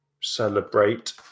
celebrate